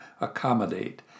accommodate